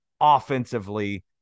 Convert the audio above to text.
offensively